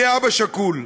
אני אב שכול.